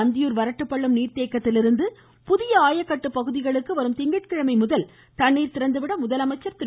அந்தியூர் வரட்டுப்பள்ளம் நீர்த்தேக்கத்திலிருந்து புதிய ஆயக்கட்டு பகுதிகளுக்கு வரும் திங்கட்கிழமை முதல் தண்ணீர் திறந்துவிட முதலமைச்சர் திரு